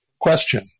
question